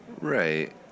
Right